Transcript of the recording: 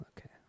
Okay